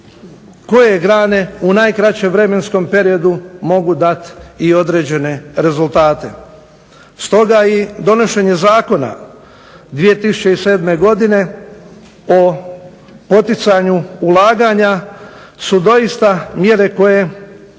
koje grane u najkraćem vremenskom periodu mogu dati određene rezultate. Stoga i donošenje zakona 2007. godine o poticanju ulaganja su doista mjere koje